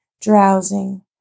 drowsing